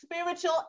spiritual